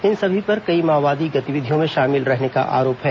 इन सभी पर कई माओवादी गतिविधियों में शामिल रहने का आरोप है